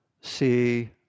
see